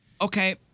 Okay